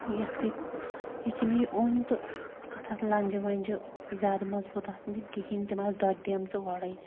یَتھ گٔے یُتھُے مےٚ یہِ اوٚن تہٕ اَتھ آسہٕ لنٛجہِ وَنٛجہِ زیادٕ مضبوٗط آسنہٕ تِم کِہیٖنۍ تِم آسہٕ دۄدڈیمژٕ گۄڑے